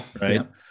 Right